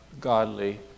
godly